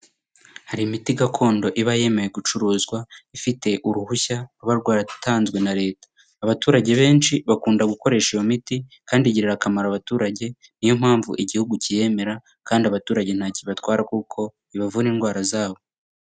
Hari imiti gakondo iba yemewe gucuruzwa, ifite uruhushya ruba rwaratanzwe na leta. Abaturage benshi bakunda gukoresha iyo miti kandi igirira akamaro abaturage, ni yo mpamvu igihugu cyiyemera kandi abaturage ntacyo ibatwara kuko ibavura indwara zabo.